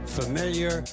familiar